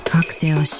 Cocktail